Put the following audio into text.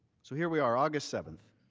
so here we are, august seventh.